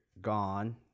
gone